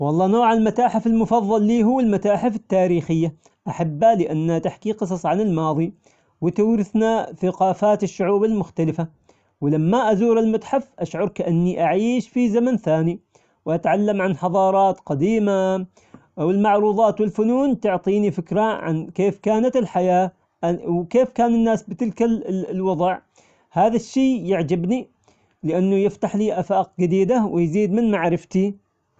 والله نوع المتاحف المفضل لي هو المتاحف التاريخية، أحبها لأنها تحكي قصص عن الماضي وتورثنا ثقافات الشعوب المختلفة، ولما أزور المتحف أشعر كأني أعيش في زمن ثاني وأتعلم عن حضارات قديمة، والمعروضات والفنون تعطيني فكرة عن كيف كانت الحياة وكيف كان الناس بتلك الوضع ،هذا الشي يعجبني لأنه يفتح لي أفاق جديدة ويزيد من معرفتي.